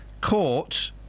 court